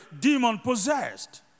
demon-possessed